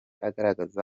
agaragaza